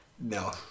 No